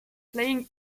playing